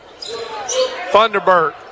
Thunderbird